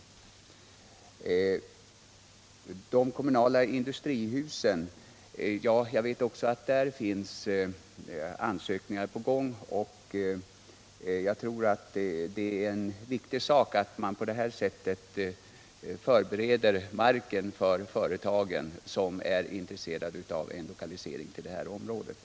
De kommunala industrihusen nämndes. Jag vet också att det finns sådana ansökningar på gång, och jag tror att det är viktigt att man på det sättet förbereder marken för företag som är intresserade av en lokalisering till det här området.